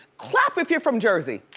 clap if you're from jersey.